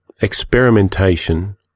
experimentation